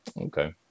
Okay